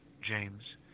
James